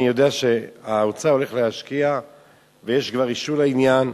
אני יודע שהאוצר הולך להשקיע ויש כבר אישור לעניין,